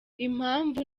impamvu